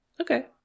Okay